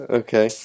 okay